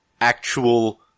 actual